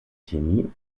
chemie